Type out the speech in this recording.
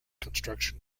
construction